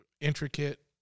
intricate